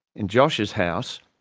in josh's house,